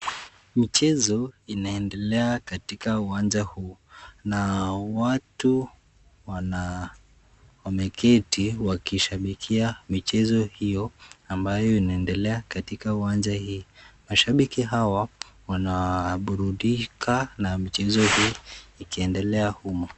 Michezo inaendelea katika uwanja huu na watu wameketi wakishabikia michezo hiyo ambayo inaendelea katika uwanja hii. Mashabiki hawa wanaburudika na mchezo huu ikiendelea humo.